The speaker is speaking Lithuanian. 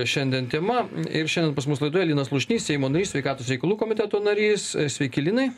šiandien tema ir šiandien pas mus laidoje linas slušnys seimo narys sveikatos reikalų komiteto narys sveiki linai